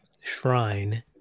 shrine